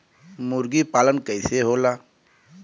मुर्गी पालन कैसे होला?